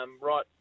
right